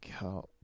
God